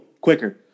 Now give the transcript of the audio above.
quicker